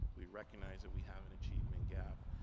we recognize that we have an achievement gap,